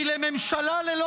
כי לממשלה ללא